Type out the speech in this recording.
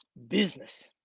business.